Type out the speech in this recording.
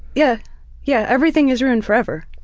yeah yeah everything is ruined forever.